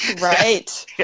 Right